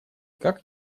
как